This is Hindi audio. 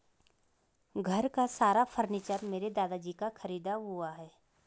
घर का सारा फर्नीचर मेरे दादाजी का खरीदा हुआ है